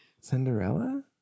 Cinderella